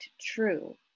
true